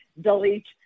delete